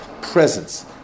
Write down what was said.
presence